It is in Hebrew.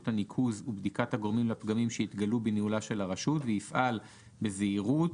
הניקוז ובדיקת הגורמים לפגמים שהתגלו בניהולה של הרשות ויפעל בזהירות,